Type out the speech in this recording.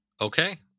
Okay